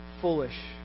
foolish